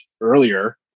earlier